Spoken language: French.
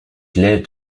glaive